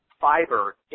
fiber